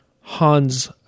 Hans